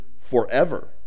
forever